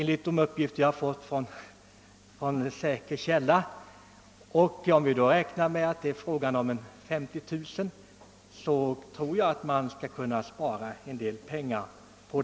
Om man utgår ifrån att antalet värnpliktiga som under huvudelen av året tjänstgör utgör ca 50 000, så kan man räkna fram att det rör sig om rätt mycket pengar.